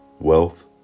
Wealth